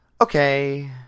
okay